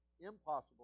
impossible